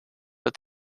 but